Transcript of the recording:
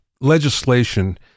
legislation